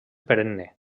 perenne